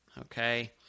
Okay